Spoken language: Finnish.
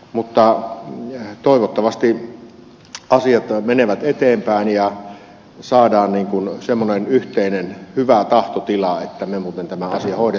mutta toivottavasti asiat menevät eteenpäin ja saadaan semmoinen hyvä yhteinen tahtotila että me muuten tämän asian hoidamme kuntoon